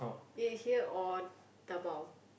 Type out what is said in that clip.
it is here or dabao